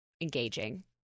engaging